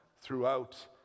throughout